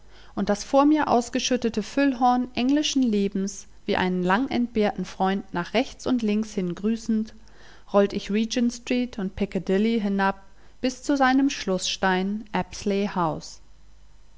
und das vor mir ausgeschüttete füllhorn englischen lebens wie einen langentbehrten freund nach rechts und links hin grüßend rollt ich regent street und piccadilly hinab bis zu seinem schlußstein